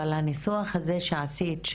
אבל הניסוח הזה שעשית,